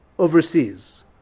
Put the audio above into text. overseas